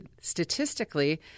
statistically